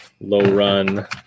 low-run